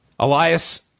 Elias